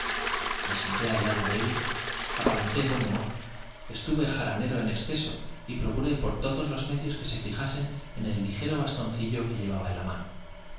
me senté al lado de ellos aparenté buen humor estuve jaranero en excesoy procuré por todos los medios que se fijasen en el ligerd bastoncillo que lle vaba en la marro